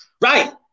Right